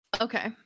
okay